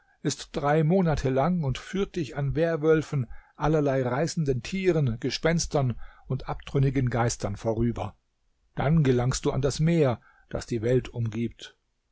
ist drei monate lang und führt dich an werwölfen allerlei reißenden tieren gespenstern und abtrünnigen geistern vorüber dann gelangst du an das meer das die welt umgibt